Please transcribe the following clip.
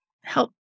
help